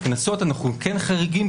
בקנסות אנחנו כן חריגים.